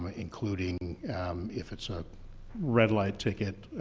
um ah including if it's a red light ticket,